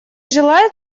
желает